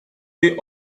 day